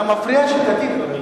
אתה מפריע שיטתי פה,